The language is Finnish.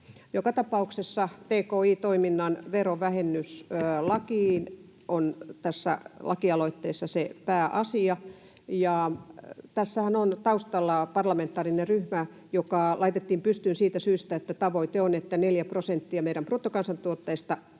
jossa tki-toiminnan verovähennys lakiin on se pääasia. Tässähän on taustalla parlamentaarinen ryhmä, joka laitettiin pystyyn siitä syystä, että tavoite on, että neljä prosenttia meidän bruttokansantuotteesta